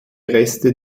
reste